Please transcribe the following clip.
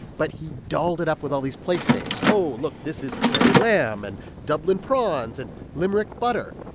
but he dolled it up with all these place names. oh, look. this is kerry lamb and dublin prawns and limerick butter.